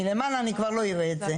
מלמעלה אני כבר לא אראה את זה.